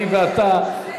אני ואתה,